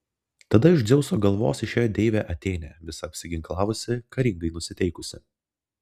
tada iš dzeuso galvos išėjo deivė atėnė visa apsiginklavusi karingai nusiteikusi